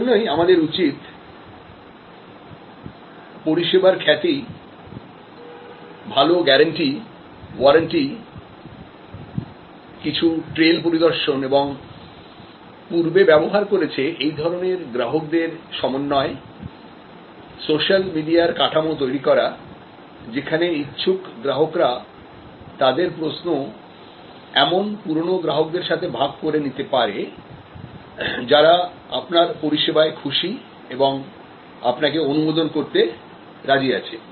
সেই জন্যই আমাদের উচিত পরিষেবার খ্যাতি ভালো গ্যারান্টি ওয়ারেন্টি কিছু ট্রেইল পরিদর্শন এবং পূর্বে ব্যবহার করেছে এই ধরনের গ্রাহকদের সমন্বয় সোশ্যাল মিডিয়ারকাঠামো তৈরি করা যেখানে ইচ্ছুক গ্রাহকরা তাদের প্রশ্ন এমন পুরনো গ্রাহকদের সাথে ভাগ করে নিতে পারে যারা আপনার পরিষেবায় খুশি এবং আপনাকেঅনুমোদন করতে রাজি আছে